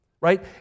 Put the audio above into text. Right